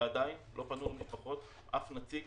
ועדיין לא פנה למשפחות אף נציג